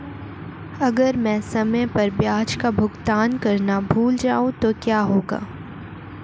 अगर मैं समय पर ब्याज का भुगतान करना भूल जाऊं तो क्या होगा?